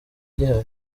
gihari